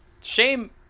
shame